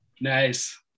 Nice